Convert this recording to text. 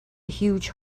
huge